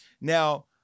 Now